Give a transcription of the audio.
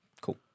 cool